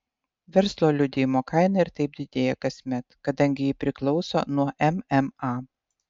verslo liudijimo kaina ir taip didėja kasmet kadangi ji priklauso nuo mma